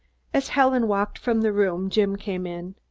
as helen walked from the room, jim came in.